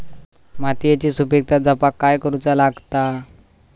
मातीयेची सुपीकता जपाक काय करूचा लागता?